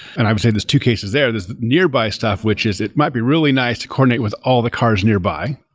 and i would say there's two cases there. there's nearby stuff, which is it might be really nice to coordinate with all the cars nearby.